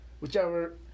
whichever